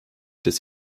des